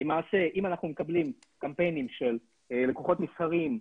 למעשה אם אנחנו מקבלים קמפיינים של לקוחות מסחריים,